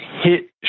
hit